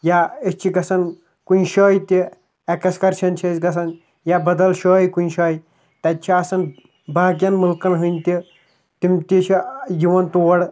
یا أسۍ چھِ گژھان کُنہِ جایہِ تہِ اٮ۪کسکَرشَن چھِ أسۍ گژھان یا بَدَل جایہِ کُنہِ جایہِ تَتہِ چھُ آسان باقیَن مُلکَن ہٕنٛد تہِ تِم تہِ چھِ یِوان تور